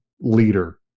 leader